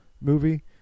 movie